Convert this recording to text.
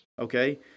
okay